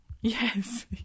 Yes